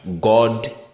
God